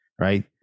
right